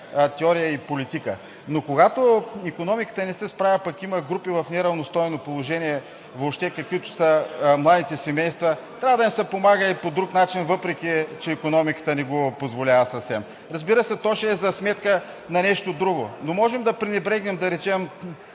теория и политика. Но когато икономиката не се справя, пък има групи в неравностойно положение, каквито са младите семейства, трябва да им се помага и по друг начин, въпреки че икономиката не го позволява съвсем. Разбира се, то ще е за сметка на нещо друго. Но можем да пренебрегнем, както